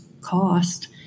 cost